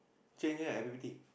change already right I_P_P_T